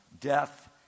death